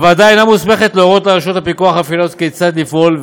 הוועדה אינה מוסמכת להורות לרשויות הפיקוח הפיננסיות כיצד לפעול,